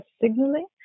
signaling